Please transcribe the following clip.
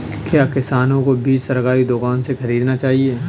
क्या किसानों को बीज सरकारी दुकानों से खरीदना चाहिए?